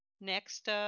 next